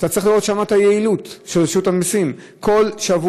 אתה צריך לראות שם את היעילות של רשות המסים: כל שבוע,